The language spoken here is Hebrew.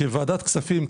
כוועדת כספים,